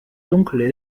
dunkel